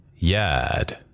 Yad